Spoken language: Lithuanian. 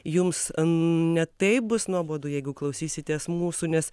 jums ne taip bus nuobodu jeigu klausysitės mūsų nes